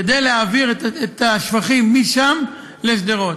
כדי להעביר את השפכים משם לשדרות.